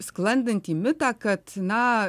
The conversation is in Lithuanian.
sklandantį mitą kad na